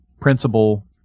principal